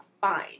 fine